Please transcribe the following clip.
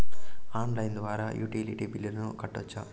Online ద్వారా utility బిల్లులను కట్టొచ్చా?